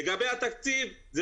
לגבי התקציב,